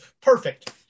Perfect